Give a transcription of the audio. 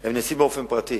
הם נעשים באופן פרטי.